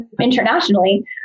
internationally